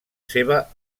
seva